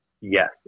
Yes